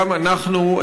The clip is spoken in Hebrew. גם אנחנו,